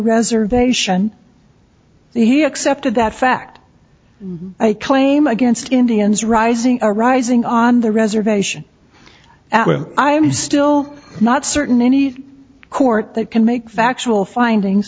reservation he accepted that fact a claim against indians rising arising on the reservation i am still not certain any court that can make factual findings